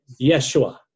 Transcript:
Yeshua